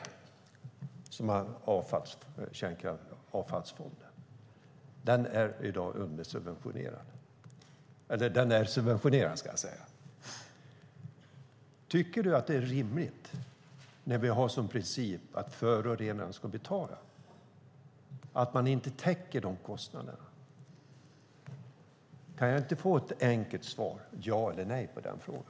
Kärnavfallsfonden är i dag subventionerad. Tycker du, Eva Flyborg, att det är rimligt när vi har som princip att förorenaren ska betala att man inte täcker de kostnaderna? Kan jag inte få ett enkelt svar, ja eller nej, på den frågan?